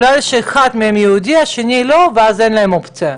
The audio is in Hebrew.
עושים את זה בגלל שאחד מהם יהודי והשני הוא לא ואז אין להם אופציה.